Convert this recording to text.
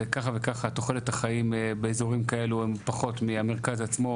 ככה וככה תוחלת החיים באזורים כאלו הם פחות מהמרכז עצמו.